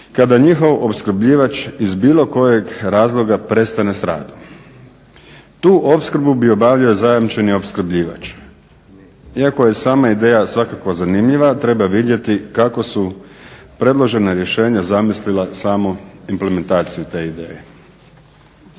kada njihov opskrbljivač iz bilo kojeg razloga prestane s radom. Tu opskrbu bi obavljao zajamčeni opskrbljivač. Iako je sam ideja svakako zanimljiva treba vidjeti kako su predložena rješenja zamislila samo implementaciju te ideje.